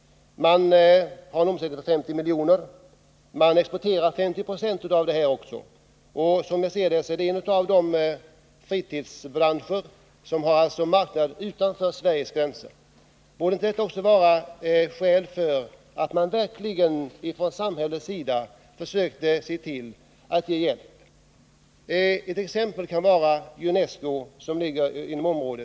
Företaget har en omsättning på 50 miljoner, och man exporterar 50 96 av sin tillverkning. Ato är alltså ett av de företag i fritidsbranschen som har en marknad utanför Sveriges gränser. Borde inte också det vara ett skäl för att man från samhällets sida försöker ge hjälp? Jag kan som exempel ta Junesco, som ligger inom detta område.